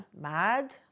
mad